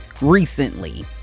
recently